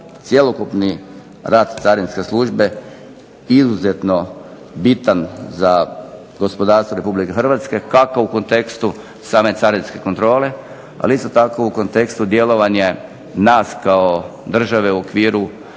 cjelokupni rad carinske službe izuzetno bitan za gospodarstvo Republike Hrvatske kako u kontekstu same carinske kontrole. Ali isto tako u kontekstu djelovanja nas kao države u okviru